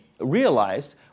realized